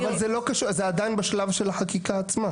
אבל זה לא קשור, זה עדיין בשלב של החקיקה עצמה.